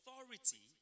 authority